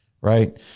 Right